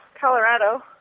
Colorado